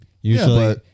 Usually